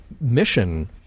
mission